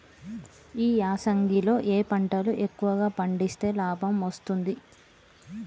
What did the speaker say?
ఈ యాసంగి లో ఏ పంటలు ఎక్కువగా పండిస్తే లాభం వస్తుంది?